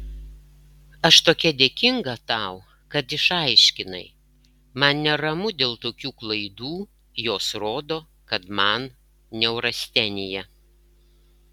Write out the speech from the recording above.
aš tokia dėkinga tau kad išaiškinai man neramu dėl tokių klaidų jos rodo kad man neurastenija